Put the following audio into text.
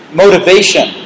motivation